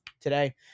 today